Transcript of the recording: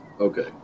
Okay